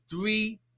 three